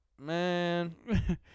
man